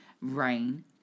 rain